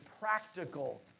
practical